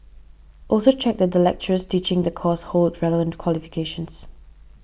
also check that the lecturers teaching the course hold relevant qualifications